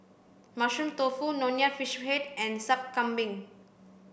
mushroom tofu nonya fish head and sup kambing